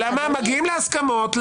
מגיעים להסכמות.